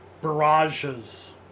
barrages